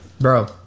Bro